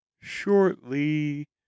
shortly